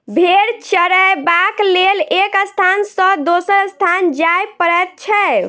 भेंड़ चरयबाक लेल एक स्थान सॅ दोसर स्थान जाय पड़ैत छै